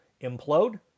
implode